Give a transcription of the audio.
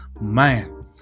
Man